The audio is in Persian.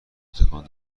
تکان